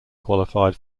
qualified